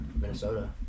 Minnesota